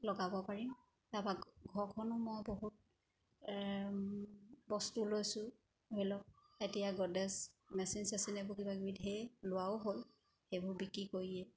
লগাব পাৰিম তাৰপৰা ঘৰখনো মই বহুত বস্তু লৈছোঁ ধৰি লওক এতিয়া গডৰেজ মেচিন চেচিন এইবোৰ কিবাকিবি ঢেৰ লোৱাও হ'ল সেইবোৰ বিক্ৰী কৰিয়ে